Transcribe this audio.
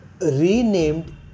renamed